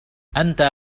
أنت